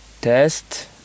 test